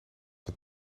van